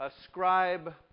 ascribe